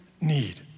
need